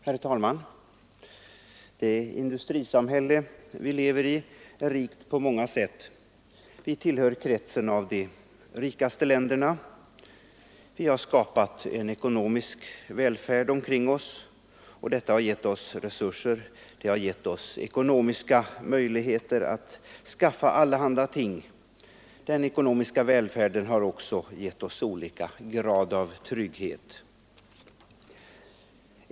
Herr talman! Det industrisamhälle vi lever i är rikt på många sätt. Vi tillhör kretsen av de rikaste länderna. Vi har skapat en ekonomisk välfärd omkring oss, och detta har gett oss resurser och ekonomiska möjligheter att skaffa allehanda ting. Den ekonomiska välfärden har också gett oss olika grad av trygghet.